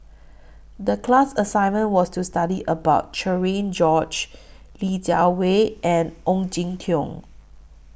The class assignment was to study about Cherian George Li Jiawei and Ong Jin Teong